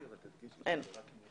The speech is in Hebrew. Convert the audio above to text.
אין.